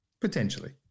Potentially